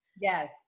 Yes